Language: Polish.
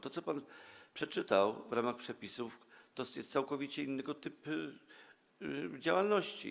To, co pan przytoczył w ramach przepisów, to jest całkowicie inny typ działalności.